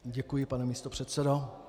Děkuji, pane místopředsedo.